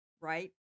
right